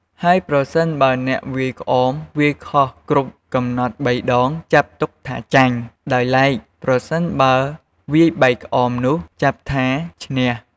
ហើយប្រសិនបើអ្នកវាយក្អមវាយខុសគ្រប់កំណត់បីដងចាត់ទុកថាចាញ់ ដោយឡែកប្រសិនបើវាយបែកក្អមនោះចាត់ថាឈ្នះ។